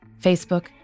Facebook